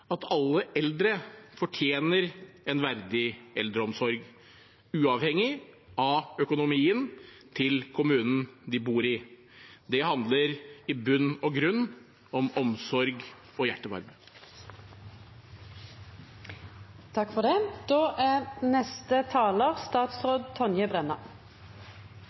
at alle eldre fortjener en verdig eldreomsorg, uavhengig av økonomien til kommunen de bor i. Det handler i bunn og grunn om omsorg og hjertevarme. I Kunnskapsdepartementet står det